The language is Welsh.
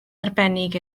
arbennig